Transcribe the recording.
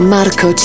Marco